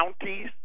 counties